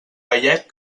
gallec